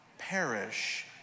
perish